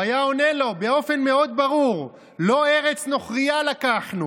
הוא היה עונה לו באופן מאוד ברור: "לא ארץ נוכרייה לקחנו,